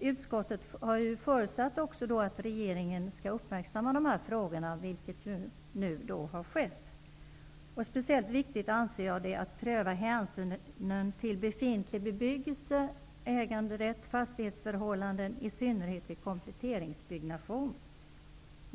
Utskottet har också förutsatt att regeringen skall uppmärksamma dessa frågor, vilket nu har skett. Det är speciellt viktigt att pröva hänsynen till befintlig bebyggelse, äganderätt och fastighetsförhållanden, i synnerhet vid kompletteringsbyggnation.